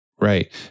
Right